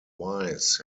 wise